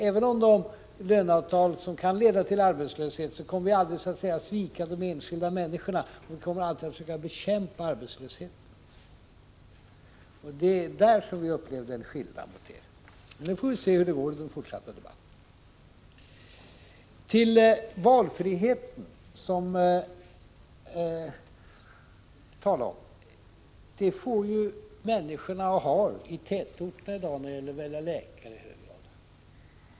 Även om löneavtalen kan leda till arbetslöshet kommer vi aldrig att svika de enskilda människorna. Vi kommer alltid att försöka bekämpa arbetslösheten. Det är där vi upplever att skillnaden finns. Nu får vi se hur det går i den fortsatta debatten. Så valfriheten, som det talas om. Valfrihet när det gäller att välja läkare har människorna i hög grad i dag i tätorterna.